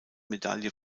medaille